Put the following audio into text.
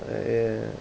ya